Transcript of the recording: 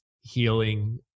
healing